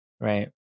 Right